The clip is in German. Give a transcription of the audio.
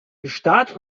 start